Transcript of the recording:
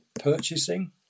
purchasing